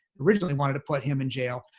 originally wanted to put him in jail,